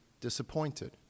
disappointed